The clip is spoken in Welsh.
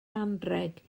anrheg